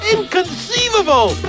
Inconceivable